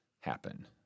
happen